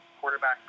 quarterback